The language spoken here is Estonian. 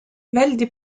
väldi